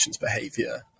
behavior